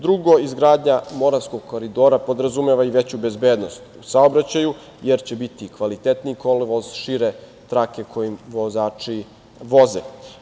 Drugo, izgradnja Moravskog koridora podrazumeva i veću bezbednost u saobraćaju jer će biti kvalitetniji kolovoz, šire trake kojim vozači voze.